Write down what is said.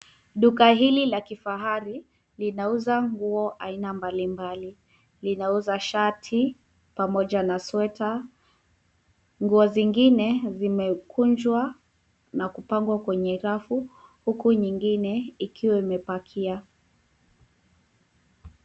Duka hili la kifahari linauza nguo aina mbalimbali. Linauza shati pamoja na sweta. Nguo zingine zimekunjwa na kupangwa kwenye rafu huku nyingine ikiwa imepakia.